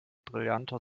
brillanter